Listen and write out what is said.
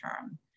term